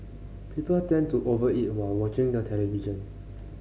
people tend to over eat while watching the television